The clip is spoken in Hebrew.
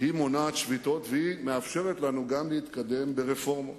מונעת שביתות ומאפשרת לנו גם להתקדם ברפורמות.